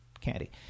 candy